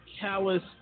callous